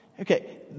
Okay